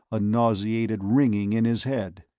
a nauseated ringing in his head.